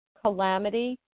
calamity